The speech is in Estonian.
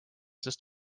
sest